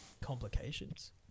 complications